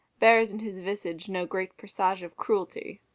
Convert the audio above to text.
bears in his visage no great presage of cruelty.